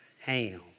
Ham